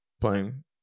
playing